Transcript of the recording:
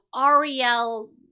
Ariel